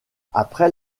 après